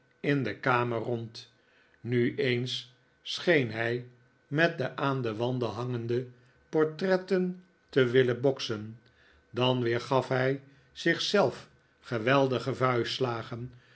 in de kamer rond nu eens scheen hij met de aan de wanden hangende pornikolaas nickleby tretten te willen boksen dan weer gaf hij zich zelf geweldige